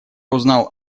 узнал